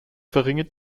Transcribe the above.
verringert